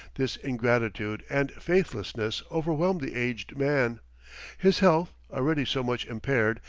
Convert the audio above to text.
this ingratitude and faithlessness overwhelmed the aged man his health, already so much impaired,